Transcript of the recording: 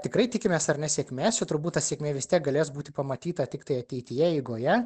tikrai tikimės ar ne sėkmės čia turbūt ta sėkmė vis tiek galės būti pamatyta tiktai ateityje eigoje